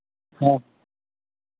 ᱦᱳᱭ